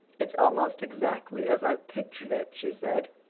it's almost exactly as i've pictured it, she said.